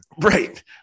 Right